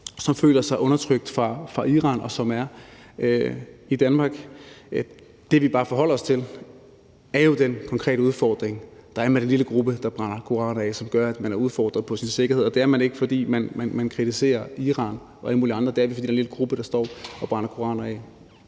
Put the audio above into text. som føler sig undertrykt, og som er i Danmark. Det, vi bare forholder os til, er jo den konkrete udfordring, der er med den lille gruppe, der brænder koraner af, hvilket betyder, at vi er udfordret på vores sikkerhed. Det er vi ikke, fordi man kritiserer Iran og alle mulige andre; det er vi, fordi der er en lille gruppe, der står og brænder koraner af.